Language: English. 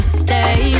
stay